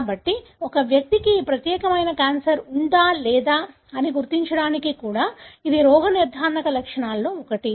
కాబట్టి ఒక వ్యక్తికి ఈ ప్రత్యేకమైన క్యాన్సర్ ఉందా లేదా అని గుర్తించడానికి కూడా ఇది రోగనిర్ధారణ లక్షణాలలో ఒకటి